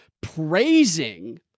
praising